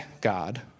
God